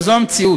אבל זו המציאות.